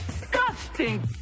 disgusting